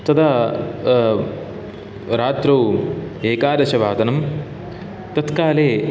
तदा रात्रौ एकादश वादनं तत्काले